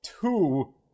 Two